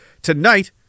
Tonight